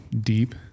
deep